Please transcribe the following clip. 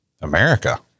America